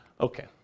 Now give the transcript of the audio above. Okay